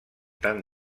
tant